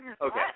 Okay